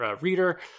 reader